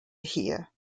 here